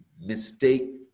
mistake